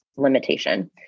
limitation